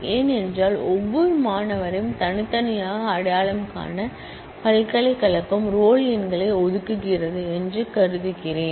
ஏனென்றால் ஒவ்வொரு மாணவரையும் தனித்தனியாக அடையாளம் காண பல்கலைக்கழகம் ரோல் எண்களை ஒதுக்குகிறது என்று கருதுகிறேன்